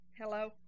hello